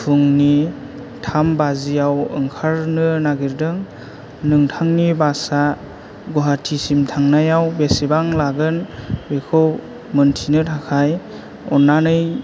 फुंनि थाम बाजियाव ओंखारनो नागिरदों नोंथांनि बासआ गुवाहातिसिम थांनायाव बेसेबां लागोन बेखौ मिनथिनो थाखाय अननानै